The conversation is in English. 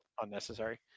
unnecessary